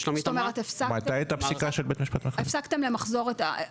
זאת אומרת, הפסקתם למחזר אותה.